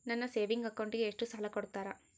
ನನ್ನ ಸೇವಿಂಗ್ ಅಕೌಂಟಿಗೆ ಎಷ್ಟು ಸಾಲ ಕೊಡ್ತಾರ?